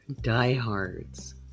diehards